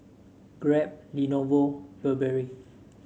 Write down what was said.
Grab Lenovo Burberry